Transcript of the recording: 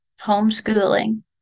homeschooling